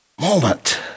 moment